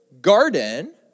garden